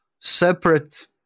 separate